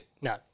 No